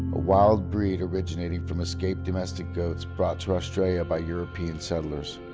a wild breed originating from escaped domestic goats brought to australia by european settlers.